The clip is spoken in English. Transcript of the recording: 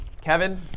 Kevin